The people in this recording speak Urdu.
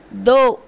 دو